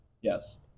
Yes